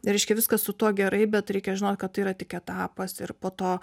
reiškia viskas su tuo gerai bet reikia žinot kad tai yra tik etapas ir po to